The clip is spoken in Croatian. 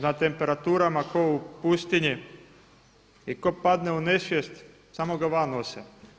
Na temperaturama kao u pustinji i tko padne u nesvijest samo ga van nose.